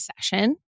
session